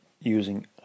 using